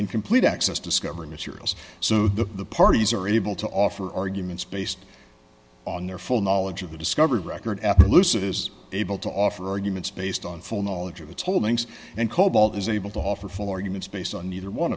incomplete access discovery materials so the parties are able to offer arguments based on their full knowledge of the discovered record appaloosa is able to offer arguments based on full knowledge of its holdings and cobalt is able to offer full arguments based on either one